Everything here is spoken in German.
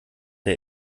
der